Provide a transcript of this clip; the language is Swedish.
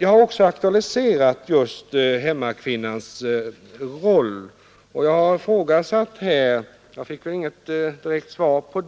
Jag har också aktualiserat just hemmakvinnans roll, och jag har frågat — det fick jag inget direkt svar på